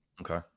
Okay